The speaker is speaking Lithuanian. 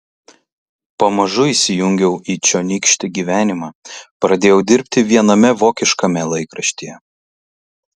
pamažu įsijungiau į čionykštį gyvenimą pradėjau dirbti viename vokiškame laikraštyje